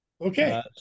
Okay